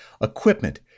equipment